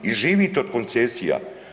I živite od koncesija.